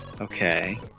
Okay